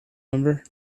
number